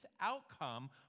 outcome